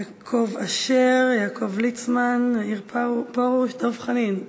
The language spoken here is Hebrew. יעקב אשר, יעקב ליצמן, מאיר פרוש, דב חנין,